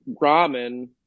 ramen